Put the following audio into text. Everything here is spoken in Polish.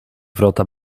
wrota